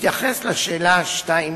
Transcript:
בהתייחס לשאלה השנייה,